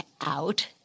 out